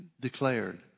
declared